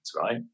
right